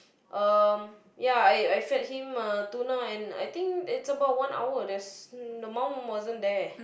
um ya I I fed him uh tuna and I think it's about one hour there's the mum wasn't there